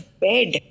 bed